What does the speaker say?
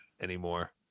anymore